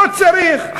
לא צריך.